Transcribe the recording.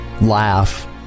laugh